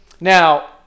Now